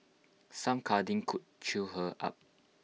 some cuddling could cheer her up